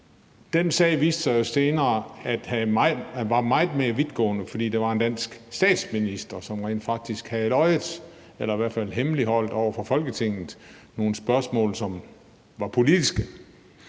Den sag viste det sig senere var meget mere vidtgående, fordi der var en dansk statsminister, som rent faktisk havde løjet eller i hvert fald hemmeligholdt nogle spørgsmål, som var politiske,